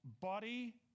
body